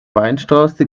weinstraße